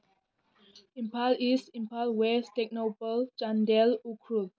Imphal East Imphal West Tengnoupal Chandel Ukhrul